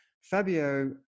Fabio